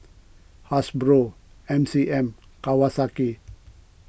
Hasbro M C M Kawasaki